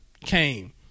came